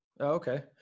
okay